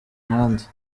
ahandi